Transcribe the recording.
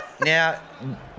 Now